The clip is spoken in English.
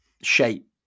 shape